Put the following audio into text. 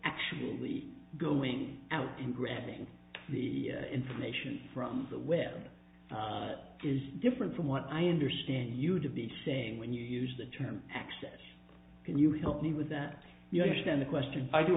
actually going out and grabbing the information from the web is different from what i understand you to be saying when you use the term access can you help me with that you understand the question i do